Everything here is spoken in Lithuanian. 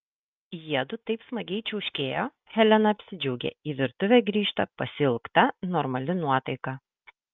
jiedu taip smagiai čiauškėjo helena apsidžiaugė į virtuvę grįžta pasiilgta normali nuotaika